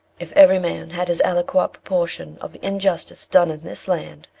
if every man had his aliquot proportion of the injustice done in this land,